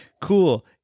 cool